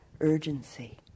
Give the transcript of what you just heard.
urgency